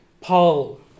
Paul